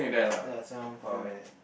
ya Xiao-Long-Bao like that